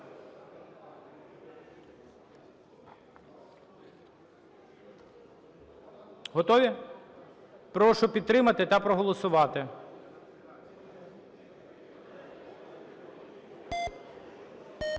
Готові? Прошу підтримати та проголосувати.